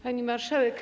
Pani Marszałek!